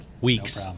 Weeks